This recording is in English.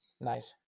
Nice